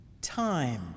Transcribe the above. Time